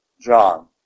John